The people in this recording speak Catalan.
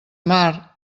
mar